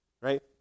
right